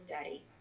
study